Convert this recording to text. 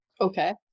Okay